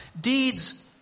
Deeds